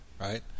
right